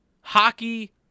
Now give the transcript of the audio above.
hockey